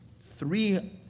Three